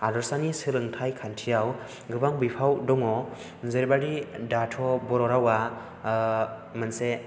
हादरसानि सोलोंथाय खान्थियाव गोबां बिफाव दङ जेरैबादि दाथ' बर' रावआ मोनसे